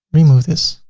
remove this.